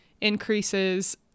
increases